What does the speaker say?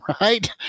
right